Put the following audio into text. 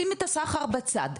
שים את הסחר בצד.